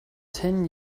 ten